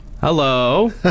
Hello